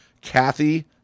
Kathy